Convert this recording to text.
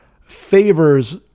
favors